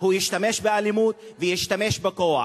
ישתמש באלימות וישתמש בכוח.